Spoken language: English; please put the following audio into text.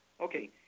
Okay